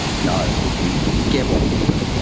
no we we get what we're given.